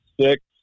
six